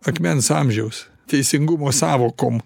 akmens amžiaus teisingumo sąvokom